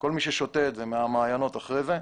כל מי שותה את מי המעיינות לאחר מכן.